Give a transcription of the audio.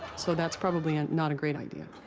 so that's probably and not a great idea.